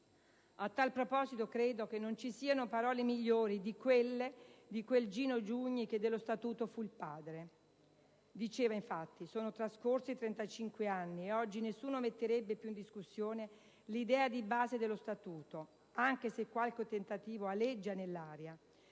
A tal proposito credo che non ci siano parole migliori di quelle di quel Gino Giugni che dello Statuto fu il padre. Diceva infatti: «Sono trascorsi 35 anni e oggi nessuno metterebbe più in discussione l'idea di base dello Statuto, anche se qualche tentativo aleggia nell'aria.